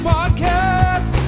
Podcast